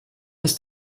ist